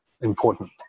important